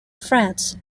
france